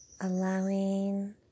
allowing